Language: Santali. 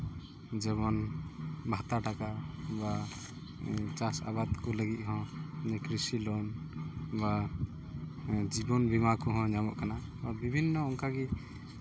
ᱡᱮᱢᱚᱱ ᱵᱷᱟᱛᱟ ᱴᱟᱠᱟ ᱵᱟ ᱪᱟᱥ ᱟᱵᱟᱫ ᱠᱚ ᱞᱟᱹᱜᱤᱫ ᱦᱚᱸ ᱡᱮ ᱠᱨᱤᱥᱤ ᱞᱳᱱ ᱵᱟ ᱡᱤᱵᱚᱱ ᱵᱤᱢᱟ ᱠᱚᱦᱚᱸ ᱧᱟᱢᱚᱜ ᱠᱟᱱᱟ ᱱᱚᱣᱟ ᱵᱤᱵᱷᱤᱱᱱᱚ ᱚᱱᱠᱟᱜᱮ